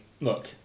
look